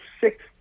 six